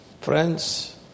Friends